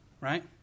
right